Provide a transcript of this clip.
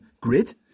Grid